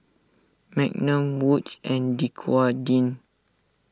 Magnum Wood's and Dequadin